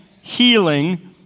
healing